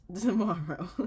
tomorrow